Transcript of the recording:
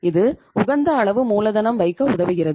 இது உகந்த அளவு மூலதனம் வைக்க உதவுகிறது